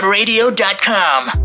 Radio.com